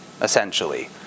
essentially